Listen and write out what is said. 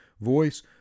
voice